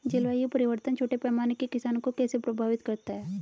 जलवायु परिवर्तन छोटे पैमाने के किसानों को कैसे प्रभावित करता है?